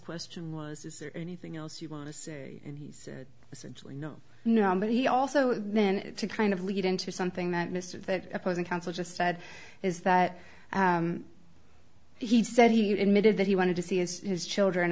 question was is there anything else you want to say and he's essentially no no but he also then to kind of lead into something that mr that opposing counsel just said is that he said he admitted that he wanted to see as his children